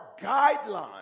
guidelines